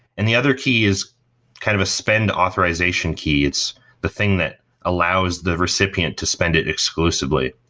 and the other key is kind of a spend authorization key. it's the thing that allows the recipient to spend it exclusively.